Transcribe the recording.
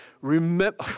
Remember